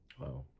Wow